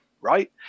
right